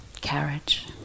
carriage